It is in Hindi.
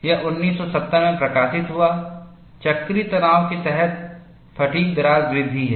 यह 1970 में प्रकाशित हुआ चक्रीय तनाव के तहत फ़ैटिग् दरार वृद्धि है